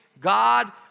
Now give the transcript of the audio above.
God